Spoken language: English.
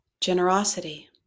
generosity